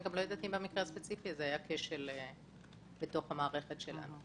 אני גם לא יודעת אם במקרה הספציפי הזה היה כשל בתוך המערכת שלנו.